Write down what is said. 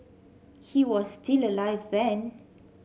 he was still alive then